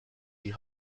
die